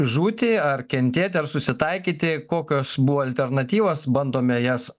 žūti ar kentėti ar susitaikyti kokios buvo alternatyvos bandome jas